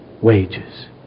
wages